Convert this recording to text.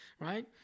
right